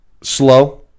Slow